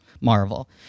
marvel